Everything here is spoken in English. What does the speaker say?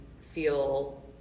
feel